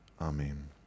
Amen